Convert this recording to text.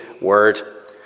word